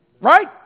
Right